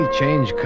change